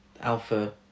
alpha